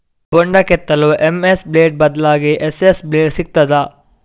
ಬೊಂಡ ಕೆತ್ತಲು MS blade ಬದ್ಲಾಗಿ ಎಸ್.ಎಸ್ ಬ್ಲೇಡ್ ಸಿಕ್ತಾದ?